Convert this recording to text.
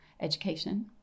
education